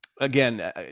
again